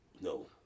No